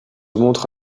montre